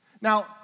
Now